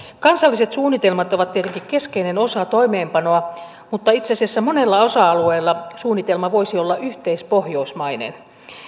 kansalliset suunnitelmat ovat tietenkin keskeinen osa toimeenpanoa mutta itse asiassa monella osa alueella suunnitelma voisi olla yhteispohjoismainen